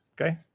Okay